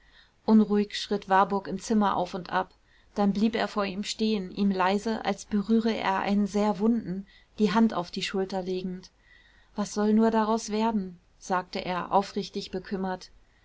unruhig schritt warburg im zimmer auf und ab dann blieb er vor ihm stehen ihm leise als berühre er einen sehr wunden die hand auf die schulter legend was soll nur daraus werden sagte er aufrichtig bekümmert